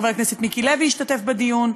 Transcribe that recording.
חבר הכנסת מיקי לוי השתתף בדיון,